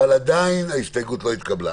עדיין ההסתייגות לא התקבלה.